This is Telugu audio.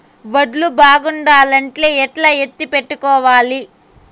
వడ్లు బాగుండాలంటే ఎట్లా ఎత్తిపెట్టుకోవాలి?